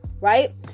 Right